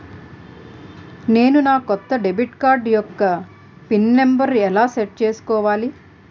నేను నా కొత్త డెబిట్ కార్డ్ యెక్క పిన్ నెంబర్ని ఎలా సెట్ చేసుకోవాలి?